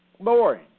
Boring